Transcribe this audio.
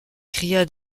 cria